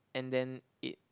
and then it